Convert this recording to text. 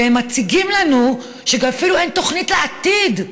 והן מראות לנו שאפילו אין תוכנית לעתיד.